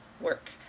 work